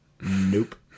Nope